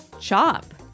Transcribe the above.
Chop